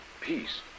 peace